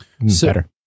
Better